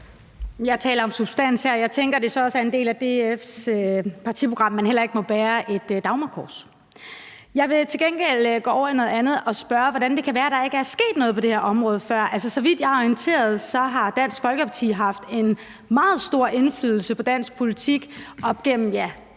Jeg taler om substans her. Jeg tænker, at det så også er en del af DF's partiprogram, at man heller ikke må bære et dagmarkors. Jeg vil til gengæld gå over til noget andet og spørge, hvordan det kan være, at der ikke er sket noget på det her område før. Så vidt jeg er orienteret, har Dansk Folkeparti haft en meget stor indflydelse på dansk politik op gennem, ja,